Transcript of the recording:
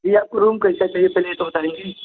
जी आपको रूम कैसा चाहिए पहले ये तो बताएंगे